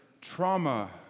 trauma